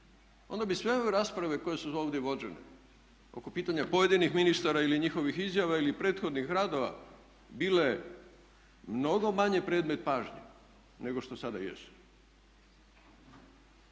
Onda bi sve ove rasprave koje su ovdje vođene oko pojedinih ministara ili njihovih izjava ili prethodnih radova bile mnogo manje predmet pažnje nego što sada jesu.